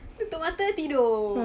tutup mata tidur